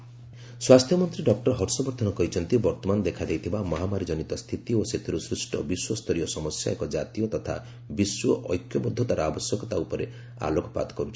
ହର୍ଷବର୍ଦ୍ଧନ ସ୍ୱାସ୍ଥ୍ୟମନ୍ତ୍ରୀ ଡକ୍ଟର ହର୍ଷବର୍ଦ୍ଧନ କହିଛନ୍ତି ବର୍ତ୍ତମାନ ଦେଖାଦେଇଥିବା ମହାମାରୀକ୍ଷନିତ ସ୍ଥିତି ଓ ସେଥିରୁ ସୃଷ୍ଟ ବିଶ୍ୱସ୍ତରୀୟ ସମସ୍ୟା ଏକ ଜାତୀୟ ତଥା ବିଶ୍ୱ ଏକ୍ୟବଦ୍ଧତାର ଆବଶ୍ୟକତା ସମ୍ପର୍କରେ ଆଲୋକପାତ କର୍ତ୍ଥି